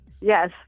Yes